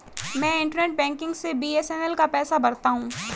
मैं internet banking से BSNL का पैसा भरता हूं